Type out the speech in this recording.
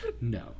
No